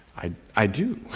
i i do.